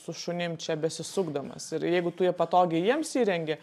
su šunim čia besisukdamas ir jeigu tu jie patogiai jiems įrengė